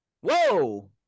whoa